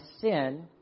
sin